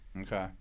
Okay